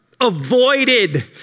Avoided